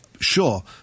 Sure